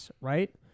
Right